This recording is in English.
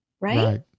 right